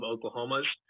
Oklahoma's